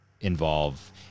involve